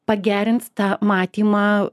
pagerins tą matymą